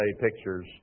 pictures